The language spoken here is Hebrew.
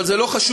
אבל זה לא חשוב,